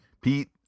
Pete